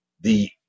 the-